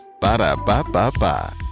Ba-da-ba-ba-ba